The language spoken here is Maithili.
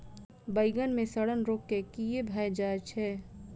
बइगन मे सड़न रोग केँ कीए भऽ जाय छै?